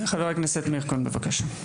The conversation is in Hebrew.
חבר הכנסת מאיר כהן, בבקשה.